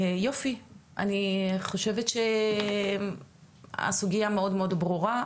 אני חושבת שהסוגיה מאוד מאוד ברורה,